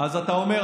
אז אתה אומר,